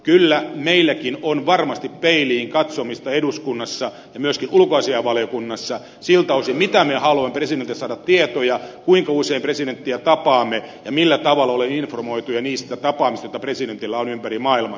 kyllä meilläkin on varmasti peiliin katsomista eduskunnassa ja myöskin ulkoasiainvaliokunnassa siltä osin mitä tietoja me haluamme presidentiltä saada kuinka usein presidenttiä tapaamme ja millä tavalla olemme informoituja niistä tapaamisista joita presidentillä on ympäri maailman